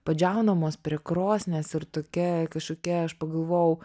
padžiaunamos prie krosnies ir tokia kažkokia aš pagalvojau